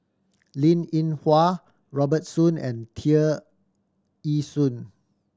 Linn In Hua Robert Soon and Tear Ee Soon